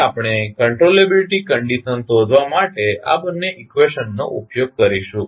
હવે આપણે controllability condition શોધવા માટે આ બંને ઇકવેશનનો ઉપયોગ કરીશું